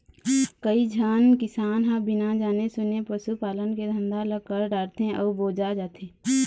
कइझन किसान ह बिना जाने सूने पसू पालन के धंधा ल कर डारथे अउ बोजा जाथे